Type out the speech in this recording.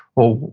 well,